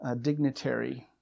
dignitary